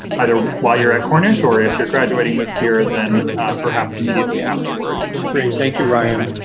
either while you're at cornish or if you're graduating this year then perhaps immediately afterwards. great. thank you ryan.